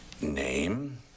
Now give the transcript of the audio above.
Name